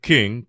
King